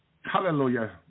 Hallelujah